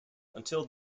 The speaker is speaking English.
until